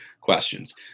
questions